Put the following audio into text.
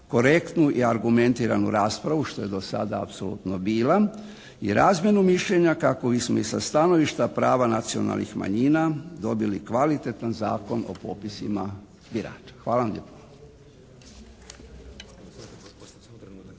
korektnu i argumentiranu raspravu što je do sada apsolutno bila i razmjenu mišljenja kako bismo i sa stanovišta prava nacionalnih manjina dobili kvalitetan zakon o popisima birača. Hvala vam lijepa.